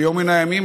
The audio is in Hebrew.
ביום מן הימים,